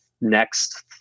next